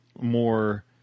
more